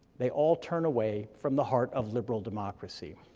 they all turn away from the heart of liberal democracy.